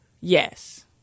Yes